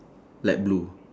light blue